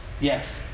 Yes